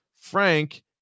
Frank